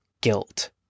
guilt